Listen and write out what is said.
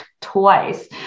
twice